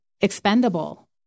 expendable